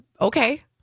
Okay